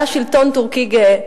היה שלטון טורקי גאה,